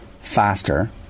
faster